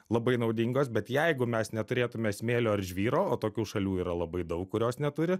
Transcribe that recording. labai naudingos bet jeigu mes neturėtume smėlio ar žvyro o tokių šalių yra labai daug kurios neturi